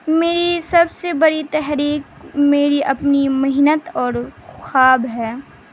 میری سب سے بڑی تحریک میری اپنی محنت اور خواب ہے